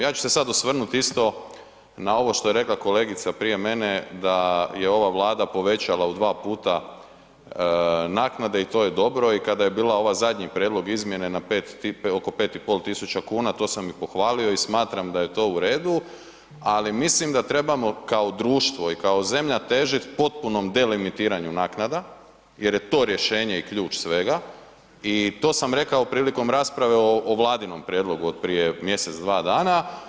Ja ću se sada osvrnut isto na ovo što je rekla kolegica prije mene da je ova Vlada povećala u 2 puta naknade i to je dobro i kada je bila ova zadnji prijedlog izmjene na oko 5,5 tisuća kuna to sam i pohvalio i smatram da je to u redu, ali mislim da trebamo kao društvo i kao zemlja težit potpunom delimitiranju naknada jer je to rješenje i ključ svega i to sam rekao prilikom rasprave o Vladinom prijedlogu od prije mjesec, dva dana.